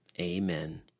Amen